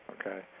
Okay